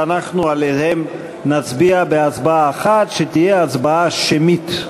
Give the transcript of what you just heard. שאנחנו עליהם נצביע הצבעה אחת, שתהיה הצבעה שמית.